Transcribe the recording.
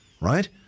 right